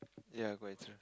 ya quite true